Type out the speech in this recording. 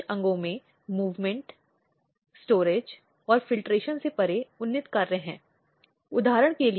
यानी उन्होंने गृहस्थी साझा की और वह घर लौटना चाहती हैं